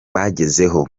bagezeho